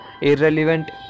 irrelevant